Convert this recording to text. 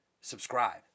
Subscribe